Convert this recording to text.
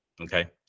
okay